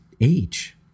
age